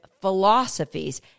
philosophies